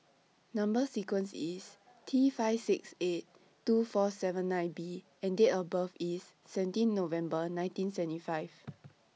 Number sequence IS T five six eight two four seven nine B and Date of birth IS seventeen November nineteen seventy five